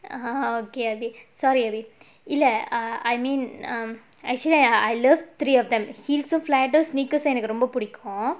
oh okay erby sorry erby இல்ல:illa I mean err actually I love three of them heels or flats or sneakers எனக்கு ரொம்ப பிடிக்கும்:enakku romba pidikkum